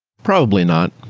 probably not.